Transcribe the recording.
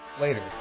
later